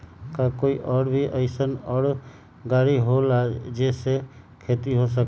का कोई और भी अइसन और गाड़ी होला जे से खेती हो सके?